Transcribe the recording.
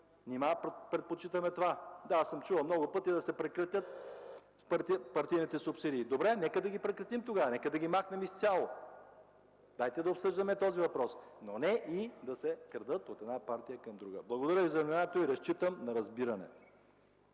Нима предпочитаме това?! Да, чувал съм много пъти да се прекратят партийните субсидии. Добре, нека тогава да ги прекратим, да ги махнем изцяло, дайте да обсъждаме този въпрос, не обаче и да се крадат от една партия на друга. Благодаря за вниманието и разчитам на разбиране.